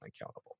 accountable